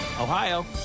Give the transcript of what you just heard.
Ohio